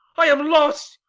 i am lost,